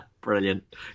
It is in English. Brilliant